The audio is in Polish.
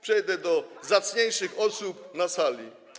Przejdę do zacniejszych osób na sali.